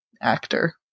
actor